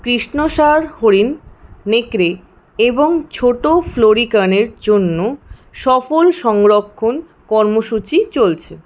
কৃষ্ণসার হরিণ নেকড়ে এবং ছোট ফ্লোরিকানের জন্য সফল সংরক্ষণ কর্মসূচি চলছে